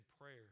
prayer